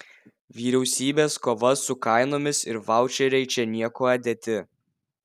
vyriausybės kova su kainomis ir vaučeriai čia niekuo dėti